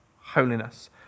holiness